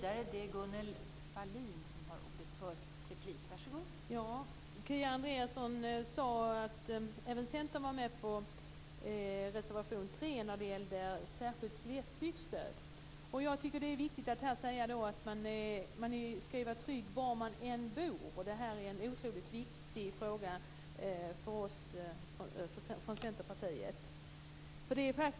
Fru talman! Kia Andreasson sade att även Centern var med på reservation 3 när det gällde särskilt glesbygdsstöd. Jag tycker att det är viktigt att här säga att man skall vara trygg var man än bor, och det här är en otroligt viktig fråga för oss från Centerpartiet.